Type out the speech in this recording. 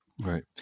Right